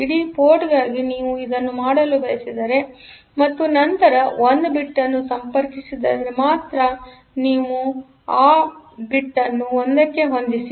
ಇಡೀ ಪೋರ್ಟ್ ಗಾಗಿ ನೀವು ಇದನ್ನು ಮಾಡಲು ಬಯಸಿದರೆ ಮತ್ತು ನಂತರ ಒಂದು ಬಿಟ್ ಅನ್ನು ಸಂಪರ್ಕಿಸುತ್ತಿದ್ದರೆಮಾತ್ರ ನೀವು ಆ ಬಿಟ್ ಅನ್ನು 1 ಕ್ಕೆ ಹೊಂದಿಸಿ